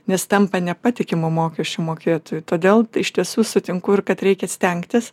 nes tampa nepatikimu mokesčių mokėtoju todėl iš tiesų sutinku ir kad reikia stengtis